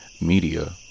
Media